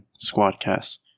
Squadcast